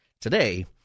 today